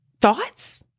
thoughts